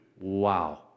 wow